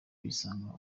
bisanga